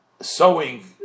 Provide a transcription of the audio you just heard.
sowing